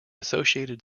associated